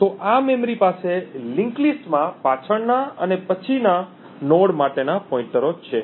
તો આ મેમરી પાસે લિંક્ડ લિસ્ટ માં પાછળના અને પછીના નોડ માટેના પોઇન્ટરો છે